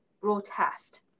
protest